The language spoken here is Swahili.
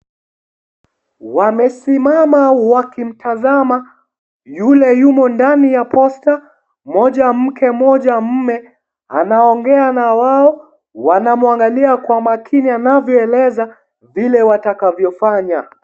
Wamesimama wakimtazama yule yumo ndani ya posta, mmoja mke , mmoja mume, anaongea na wao, wanamwangalia kwa makini anavyoeleza vile watakavyofanya.